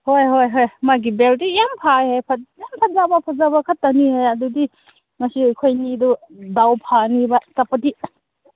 ꯍꯣꯏ ꯍꯣꯏ ꯍꯣꯏ ꯃꯥꯒꯤ ꯕꯦꯜꯗꯤ ꯌꯥꯝ ꯐꯩꯌꯦ ꯌꯥꯝ ꯐꯖꯕ ꯐꯖꯕ ꯈꯛꯇꯅꯤ ꯑꯗꯨꯗꯤ ꯉꯁꯤ ꯑꯩꯈꯣꯏꯅꯤꯗꯨ ꯗꯥꯎ ꯐꯅꯦꯕ ꯆꯠꯄꯗꯤ